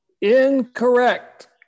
incorrect